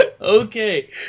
okay